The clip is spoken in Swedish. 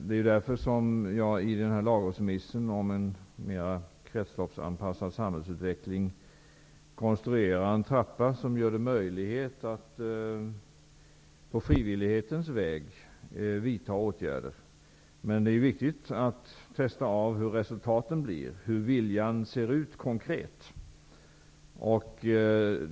Det är därför som jag i lagrådsremissen om en mer kretsloppsanpassad samhällsutveckling konstruerat en trappa som gör det möjligt att på frivillighetens väg vidta åtgärder. Men det är viktigt att följa upp vilka resultaten blir, hur viljan ser ut konkret.